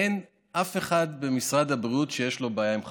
אין אף אחד במשרד הבריאות שיש לו בעיה עם חתונות.